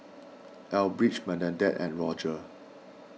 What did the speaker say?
Elbridge Bernadette and Roger